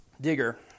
digger